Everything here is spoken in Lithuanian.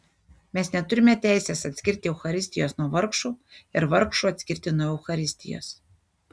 mes neturime teisės atskirti eucharistijos nuo vargšų ir vargšų atskirti nuo eucharistijos